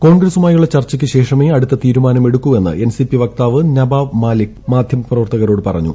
കോൺഗ്രസുമായുള്ള ചർച്ചയ്ക്കു ശേഷമേ അടുത്ത തീരുമാനം എടുക്കുവെന്ന് എൻസിപി വക്താവ് നവാബ് മാലിക് മാധ്യമ പ്രവർത്തകരോട് പറഞ്ഞു